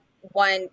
one